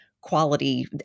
quality